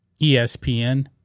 ESPN